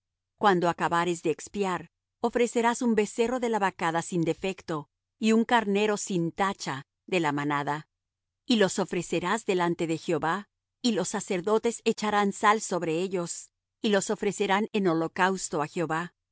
cuando acabares de expiar ofrecerás un becerro de la vacada sin defecto y un carnero sin tacha de la manada y los ofrecerás delante de jehová y los sacerdotes echarán sal sobre ellos y los ofrecerán en holocausto á jehová